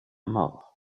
mort